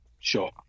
sure